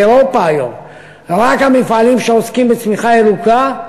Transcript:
באירופה היום רק המפעלים שעוסקים בצמיחה ירוקה,